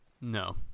No